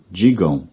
digam